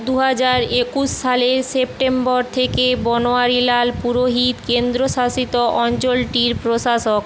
দু হাজার একুশ সালের সেপ্টেম্বর থেকে বনোয়ারিলাল পুরোহিত কেন্দ্রশাসিত অঞ্চলটির প্রশাসক